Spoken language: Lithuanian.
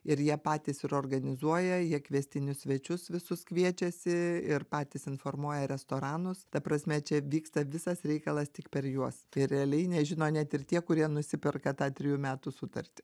ir jie patys ir organizuoja jie kviestinius svečius visus kviečiasi ir patys informuoja restoranus ta prasme čia vyksta visas reikalas tik per juos tai realiai nežino net ir tie kurie nusiperka tą trejų metų sutartį